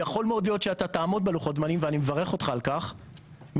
יכול להיות שאתה תעמוד בלוחות הזמנים ואני מברך אותך על כך מחד,